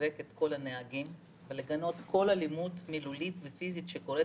ולחזק את כל הנהגים ולגנות כל אלימות מילולית ופיסית שקורית,